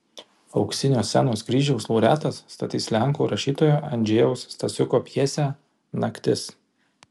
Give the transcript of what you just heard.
auksinio scenos kryžiaus laureatas statys lenkų rašytojo andžejaus stasiuko pjesę naktis